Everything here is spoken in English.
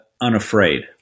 unafraid